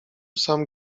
sam